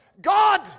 God